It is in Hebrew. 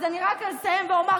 אז אני רק אסיים ואומר,